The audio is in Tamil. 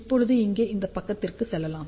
இப்போது இங்கே இந்த பக்கத்திற்கு செல்லலாம்